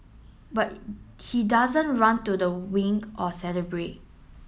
but he doesn't run to the wing or celebrate